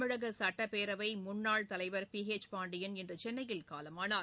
தமிழக சுட்டப்பேரவை முன்னாள் தலைவர் பி ஹெச் பாண்டியன் இன்று சென்னையில் காலமானார்